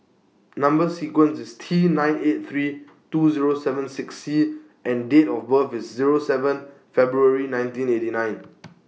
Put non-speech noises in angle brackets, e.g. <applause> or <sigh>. Number sequence IS T nine eight three two Zero seven six C and Date of birth IS Zero seven February nineteen eighty nine <noise>